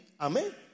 Amen